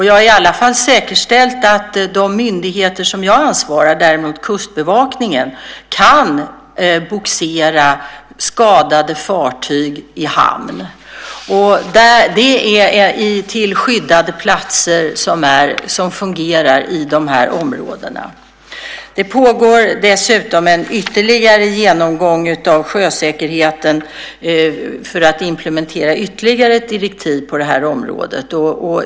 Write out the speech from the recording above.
Jag har i alla fall säkerställt att de myndigheter som jag ansvarar för, Kustbevakningen, kan bogsera skadade fartyg i hamn, till skyddade platser som fungerar i de här områdena. Dessutom pågår en ytterligare genomgång av sjösäkerheten för att implementera ytterligare direktiv på det här området.